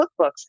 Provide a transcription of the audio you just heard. cookbooks